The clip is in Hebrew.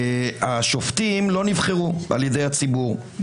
שהשופטים לא נבחרו על ידי הציבור,